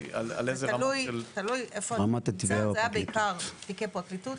זה היה בעיקר תיקי פרקליטות.